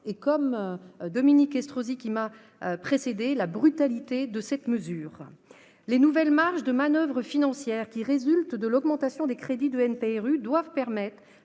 Comme Dominique Estrosi Sassone, je dénonce la brutalité de cette mesure. Les nouvelles marges de manoeuvre financières qui résultent de l'augmentation des crédits du NPNRU doivent permettre